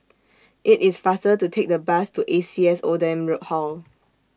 IT IS faster to Take The Bus to A C S Oldham Hall